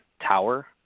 tower